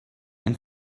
and